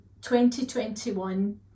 2021